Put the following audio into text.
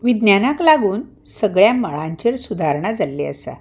विज्ञानाक लागून सगल्या मळांचेर सुदारणा जाल्ली आसा